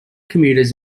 commuters